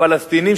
פלסטינים.